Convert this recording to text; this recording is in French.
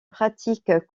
pratique